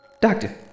Doctor